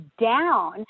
down